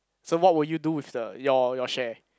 so what will you do with the your your share